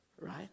Right